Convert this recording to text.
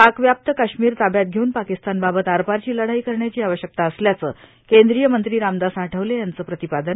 पाक व्याप्त काश्मीर ताब्यात घेऊन पाकिस्तानबाबत आरपारची लढाई करण्याची आवश्यकता असल्याचं केंद्रीय मंत्री रामदास आठवले यांचं प्रतिपादन